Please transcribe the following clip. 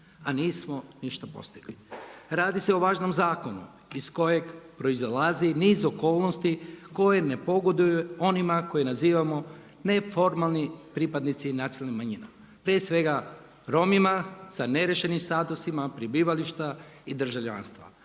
a nismo ništa postigli. Radi se o važnom zakonu iz kojeg proizlazi niz okolnosti koje ne pogoduju onima koje nazivamo neformalni pripadnici nacionalnih manjina, prije svega Romima sa neriješenim statusom prebivališta i državljanstva,